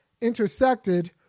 intersected